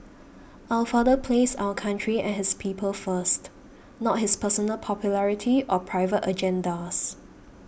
our father placed our country and his people first not his personal popularity or private agendas